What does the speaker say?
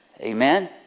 Amen